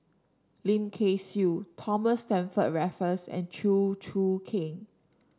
Lim Kay Siu Thomas Stamford Raffles and Chew Choo Keng